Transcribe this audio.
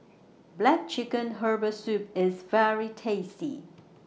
Black Chicken Herbal Soup IS very tasty